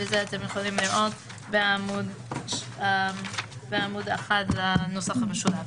ואת זה אתם יכולים לראות בעמוד 1 בנוסח המשולב.